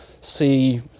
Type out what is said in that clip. see